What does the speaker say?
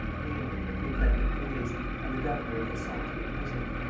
namely, the prefect of police and the governor of the sante prison.